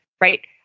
Right